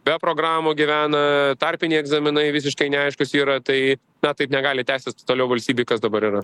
be programų gyvena tarpiniai egzaminai visiškai neaiškūs yra tai na taip negali tęstis toliau valstybėj kas dabar yra